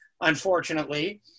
Unfortunately